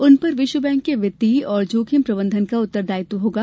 उन पर विश्व बैंक के वित्तीय और जोखिम प्रबंधन का उत्तरदायित्व होगा